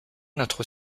notre